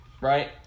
right